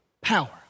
power